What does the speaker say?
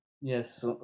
Yes